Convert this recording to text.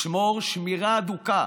לשמור שמירה הדוקה